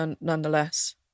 nonetheless